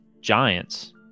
giants